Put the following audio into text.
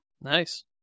Nice